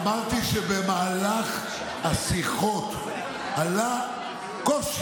אמרתי שבמהלך השיחות עלה קושי.